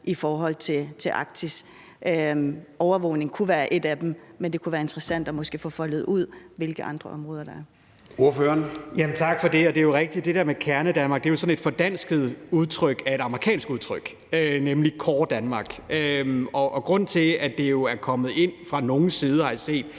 i forhold til Arktis? Overvågning kunne være en af dem, men det kunne være interessant måske at få foldet ud, hvilke andre områder der er. Kl. 13:29 Formanden (Søren Gade): Ordføreren. Kl. 13:29 Michael Aastrup Jensen (V): Tak for det. Det er jo rigtigt, at det der med Kernedanmark er sådan et fordansket udtryk af et amerikansk udtryk, nemlig Core Denmark. Og grunden til, at det er kommet ind fra nogles side, har jeg set,